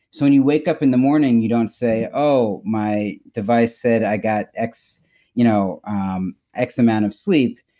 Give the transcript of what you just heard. so when you wake up in the morning you don't say, oh, my device said i got x you know um x amount of sleep.